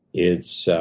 it's